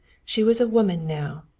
she was a woman now,